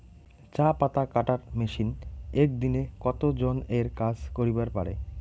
চা পাতা কাটার মেশিন এক দিনে কতজন এর কাজ করিবার পারে?